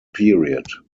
period